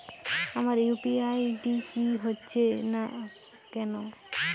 আমার UPI ID তৈরি হচ্ছে না কেনো?